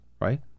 right